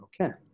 Okay